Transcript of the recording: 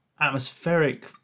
atmospheric